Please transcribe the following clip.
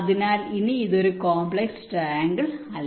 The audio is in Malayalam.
അതിനാൽ ഇത് ഇനി ഒരു കോംപ്ലക്സ് ട്രൈആംഗിൾ അല്ല